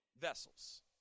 vessels